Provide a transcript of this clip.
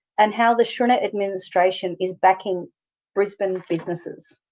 and how the schrinner administration is backing brisbane businesses?